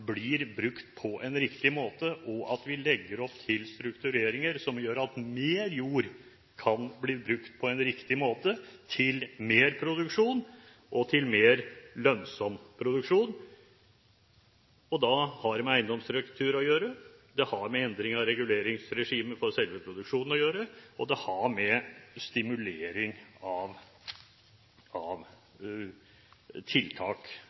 blir brukt på en riktig måte, og at vi legger opp til struktureringer som gjør at mer jord kan bli brukt på en riktig måte; til mer produksjon og til mer lønnsom produksjon. Dette har med eiendomsstruktur å gjøre, det har med endring av reguleringsregime på selve produksjonen å gjøre, og det har med stimulering av tiltak